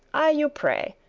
i you pray,